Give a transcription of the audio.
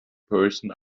person